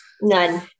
None